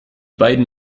beiden